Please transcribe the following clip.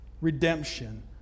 redemption